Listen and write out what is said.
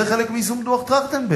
זה חלק מיישום דוח-טרכטנברג,